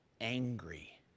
angry